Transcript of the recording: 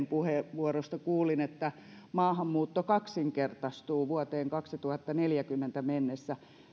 puheenvuoroista kuulin että maahanmuutto kaksinkertaistuu vuoteen kaksituhattaneljäkymmentä mennessä